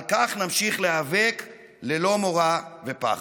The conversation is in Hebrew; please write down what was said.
על כך נמשיך להיאבק ללא מורא ופחד.